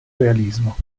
realismo